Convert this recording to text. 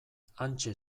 hantxe